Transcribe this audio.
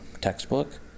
textbook